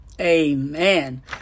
Amen